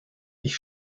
ich